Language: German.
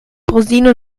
rosinen